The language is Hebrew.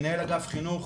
כמנהל אגף חינוך,